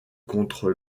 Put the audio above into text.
contre